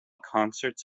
concerts